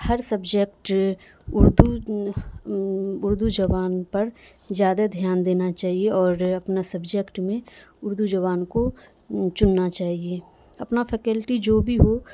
ہر subject Urdu Urdu زبان پر زیادہ دھیان دینا چاہیے اور اپنا سبجیکٹ میں اردو زبان کو چننا چاہیے اپنا فیکلٹی جو بھی ہو